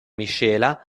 miscela